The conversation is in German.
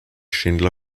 schindler